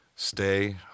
Stay